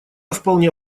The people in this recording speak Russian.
вполне